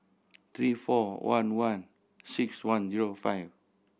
three four one one six one zero five